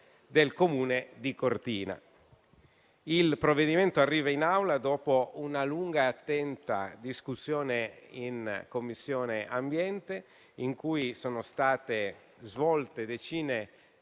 Il provvedimento arriva in Aula dopo una lunga e attenta discussione in Commissione ambiente, in cui sono state svolte decine di